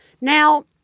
Now